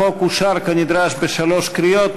החוק אושר כנדרש בשלוש קריאות.